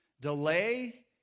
Delay